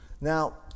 Now